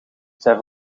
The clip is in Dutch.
zij